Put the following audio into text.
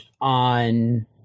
on